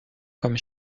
comme